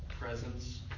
presence